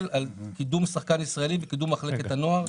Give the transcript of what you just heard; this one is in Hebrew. על קידום שחקן ישראלי וקידום מחלקת הנוער.